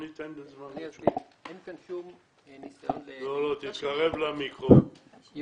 אין כאן שום ניסיון להתחמק.